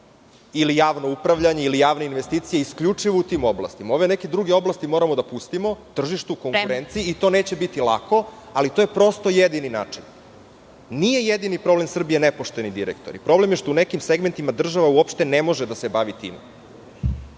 ili javno upravljanje, ili javne investicije isključivo u tim oblastima. Ove neke druge oblasti moramo da pustimo tržištu konkurencije i to neće biti lako, ali to je, prosto, jedini način. Nisu jedini problem Srbije nepošteni direktori, problem je što u nekim segmentima država uopšte ne može da se bavi time.